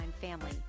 family